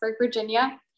Virginia